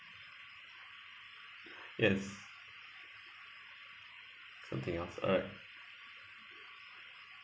yes something else alright